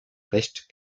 recht